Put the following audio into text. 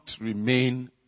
remain